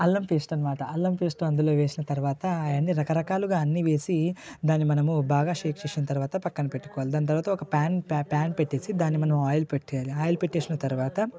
అల్లం పేస్ట్ అన్నమాట అల్లం పేస్ట్ అందులో వేసిన తర్వాత అవన్ని రకరకాలుగా అన్నీ వేసి దాన్ని మనము బాగా షేక్ చేసిన తర్వాత పక్కన పెట్టుకోవాలి దాని తర్వాత ఒక పాన్ పాన్ పెట్టుకొని దాంట్లో ఆయిల్ పెట్టేసిన తర్వాత అందులో